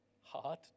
hard